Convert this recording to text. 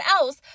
else